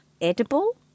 edible